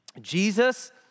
Jesus